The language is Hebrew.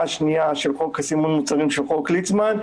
השנייה של חוק סימון מוצרים של חוק ליצמן,